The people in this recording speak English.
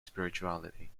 spirituality